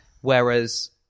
Whereas